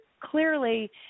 clearly